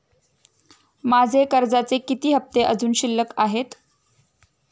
माझे कर्जाचे किती हफ्ते अजुन शिल्लक आहेत?